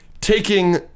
taking